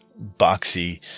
boxy